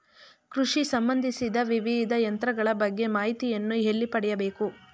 ಕೃಷಿ ಸಂಬಂದಿಸಿದ ವಿವಿಧ ಯಂತ್ರಗಳ ಬಗ್ಗೆ ಮಾಹಿತಿಯನ್ನು ಎಲ್ಲಿ ಪಡೆಯಬೇಕು?